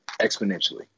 exponentially